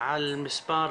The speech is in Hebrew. על מספר